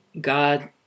God